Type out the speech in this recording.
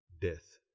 death